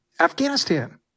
Afghanistan